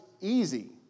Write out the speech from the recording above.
easy